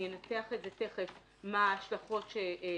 אני תכף אנתח את ההשלכות של התחרות,